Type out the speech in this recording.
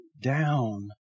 down